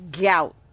gout